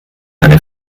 eine